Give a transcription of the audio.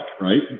Right